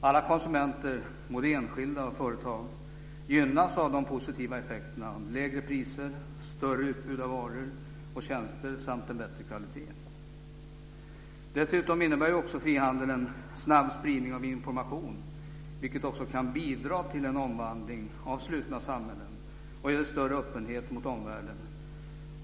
Alla konsumenter, både enskilda och företag, gynnas av de positiva effekterna - lägre priser, större utbud av varor och tjänster samt en bättre kvalitet. Dessutom innebär frihandel en snabb spridning av information, vilket också kan bidra till en omvandling av slutna samhällen och till en större öppenhet mot omvärlden.